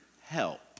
help